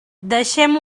deixem